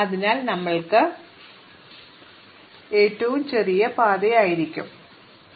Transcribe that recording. അതിനാൽ ഞങ്ങൾക്ക് ഒരൊറ്റ അരികുണ്ട് ഇത് ഏറ്റവും ചെറിയ പാതയായിരിക്കും തുടർന്ന് നിങ്ങൾ നല്ല നിലയിലാണ്